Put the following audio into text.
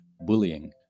bullying